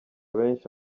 benshi